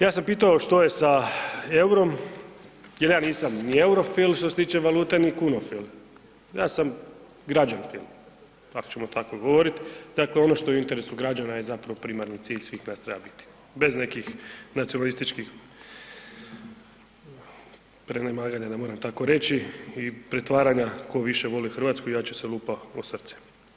Ja sam pitao što je sa EUR-om, jer ja nisam ni eurofil što se tiče valute ni kunofil, ja sam građanfil ako ćemo tako govoriti, dakle ono što je u interesu građana je zapravo primarni cilj svih nas treba biti, bez nekih nacionalističkih prenemaganja da moram tako reći i pretvaranja tko više voli Hrvatsku i jače se lupa o srce.